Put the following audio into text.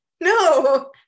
no